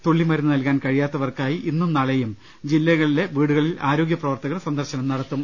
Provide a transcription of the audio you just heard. തുള്ളിമരുന്ന് നൽകാൻ കഴിയാത്തവർക്കായി ഇന്നും നാളെയും വീടുകളിൽ ആരോഗ്യപ്രവർത്തകർ സന്ദർശനം നടത്തും